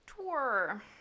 Tour